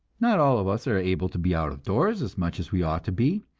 not all of us are able to be out of doors as much as we ought to be,